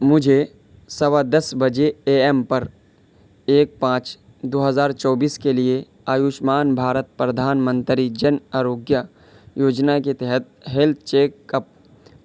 مجھے سوا دس بجے اے ایم پر ایک پانچ دو ہزار چوبیس کے لیے آیوشمان بھارت پردھان منتری جن آروگیہ یوجنا کے تحت ہیلتھ چیک اپ